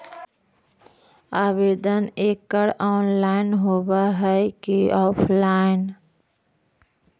आवेदन एकड़ ऑनलाइन होव हइ की ऑफलाइन?